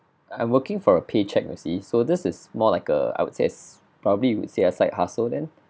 I'm working for a paycheck you see so this is more like a I would say as probably you would say a side hustle then